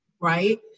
Right